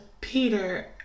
Peter